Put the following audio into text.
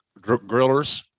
grillers